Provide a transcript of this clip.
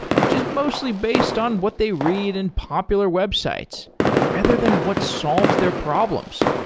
which is mostly based on what they read in popular websites rather than what solves their problems.